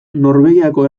norvegiako